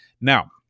Now